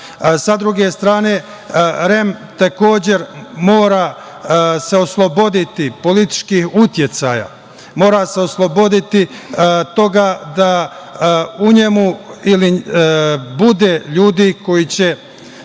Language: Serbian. druge strane, REM takođe se mora osloboditi političkih uticaja. Mora se osloboditi toga da u njemu ili bude ljudi koji će